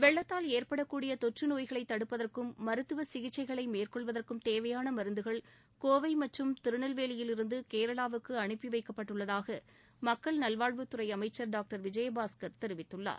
வெள்ளத்தூல் ஏற்படக்கூடிய தொற்றுநோய்களை தடுப்பதற்கும் மருத்துவ சிகிச்சைகளை மேற்கொள்வதற்கும் தேவையான மருந்துகள் கோவை மற்றம் திருநெல்வேலியிலிருந்து கேரளாவுக்கு அனுப்பி வைக்கப்பட்டுள்ளதாக மக்கள் நல்வாழ்வுத் துறை அமைச்சர் திரு விஜயபாஸ்கர் தெரிவித்துள்ளார்